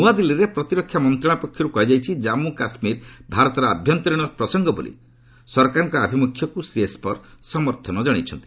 ନ୍ନଆଦିଲ୍ଲୀରେ ପ୍ରତିରକ୍ଷା ମନ୍ତ୍ରଣାଳୟ ପକ୍ଷରୁ କୁହାଯାଇଛି ଯେ ଜାମ୍ମୁ କାଶ୍ମୀର ଭାରତର ଆଭ୍ୟନ୍ତରୀଣ ପ୍ରସଙ୍ଗ ବୋଲି ସରକାରଙ୍କ ଆଭିମୁଖ୍ୟକୁ ଶ୍ରୀ ଏସପର ସମର୍ଥନ କରିଛନ୍ତି